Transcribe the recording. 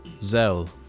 Zell